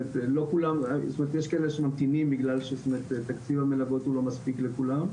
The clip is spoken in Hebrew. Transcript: יש כאלה שממתינים בגלל שתקציב המלגות לא מספיק לכולם,